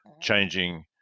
changing